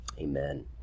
Amen